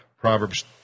Proverbs